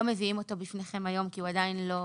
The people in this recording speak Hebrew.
מביאים אותו בפניכם היום כי הוא עדיין לא